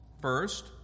First